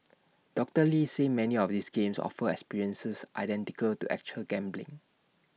doctor lee said many of these games offer experiences identical to actual gambling